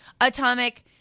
Atomic